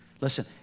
Listen